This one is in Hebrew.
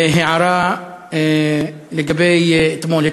והערה לגבי אתמול,